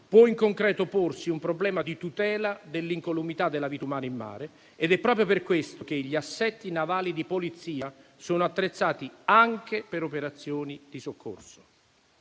può in concreto porsi un problema di tutela dell'incolumità della vita umana in mare. Ed è proprio per questo che gli assetti navali di polizia sono attrezzati anche per operazioni di soccorso.